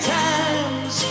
times